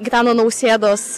gitano nausėdos